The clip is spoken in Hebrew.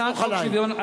בסדר גמור.